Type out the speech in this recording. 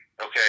Okay